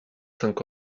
cinq